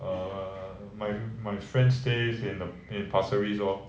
err my my friends stays in in pasir ris lor